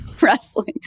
Wrestling